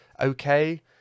okay